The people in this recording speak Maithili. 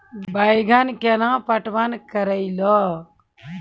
बैंगन केना पटवन करऽ लो?